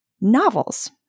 novels